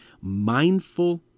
mindful